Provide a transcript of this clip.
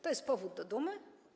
To jest powód do dumy?